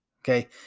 Okay